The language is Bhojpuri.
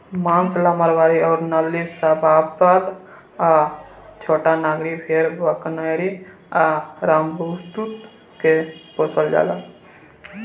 मांस ला मारवाड़ी अउर नालीशबाबाद आ छोटानगरी फेर बीकानेरी आ रामबुतु के पोसल जाला